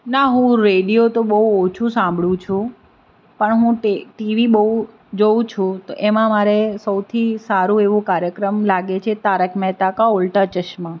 ના હું રેડિયો તો બહુ ઓછું સાંભળું છું પણ હું ટીવી બહુ જોઉં છું તો એમાં મારે સૌથી સારો એવો કાર્યક્રમ લાગે છે તારક મહેતા કા ઉલ્ટા ચશ્મા